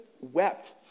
wept